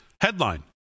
Headline